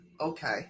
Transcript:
Okay